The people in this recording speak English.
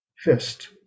fist